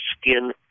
skin